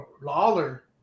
lawler